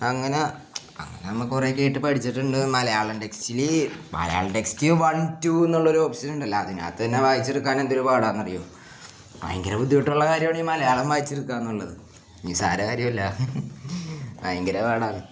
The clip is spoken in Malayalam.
അങ്ങനെ അങ്ങനെ നമ്മൾ കുറേ കേട്ട് പഠിച്ചിട്ടുണ്ട് മലയാളം ടെക്സ്റ്റിൽ മലയാളം ടെക്സ്റ്റ് വൺ ടൂ എന്നുള്ളൊരു ഓപ്ഷൻ ഉണ്ടല്ലോ അതിനകത്ത് തന്നെ വായിച്ചെടുക്കാൻ എന്തൊരു പാടാണെന്ന് അറിയാമോ ഭയങ്കര ബുദ്ധിമുട്ടുള്ള കാര്യമാണ് ഈ മലയാളം വായിച്ചെടുക്കുക എന്നുള്ളത് നിസാര കാര്യമല്ല ഭയങ്കര പാടാണ്